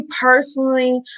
personally